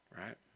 right